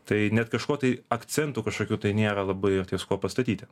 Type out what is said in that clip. tai net kažko tai akcentų kažkokių tai nėra labai ir ties kuo pastatyti